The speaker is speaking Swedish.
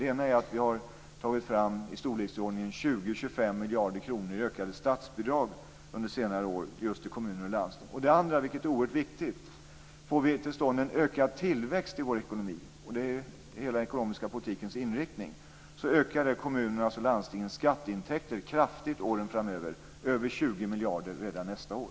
Det ena är att vi har tagit fram i storleksordningen 20-25 miljarder kronor i ökade statsbidrag under senare år till kommuner och landsting. Det andra är något som är oerhört viktigt. Får vi till stånd en ökad tillväxt i vår ekonomi - och det är hela den ekonomiska politikens inriktning - ökar kommunernas och landstingens skatteintäkter kraftigt under åren framöver, med 20 miljarder redan nästa år.